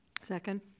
Second